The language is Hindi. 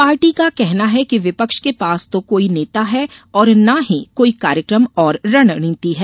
पार्टी का कहना है कि विपक्ष के पास तो कोई नेता है और ना ही कोई कार्यकम और रणनीति है